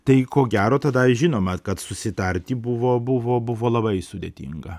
tai ko gero tada žinoma kad susitarti buvo buvo buvo labai sudėtinga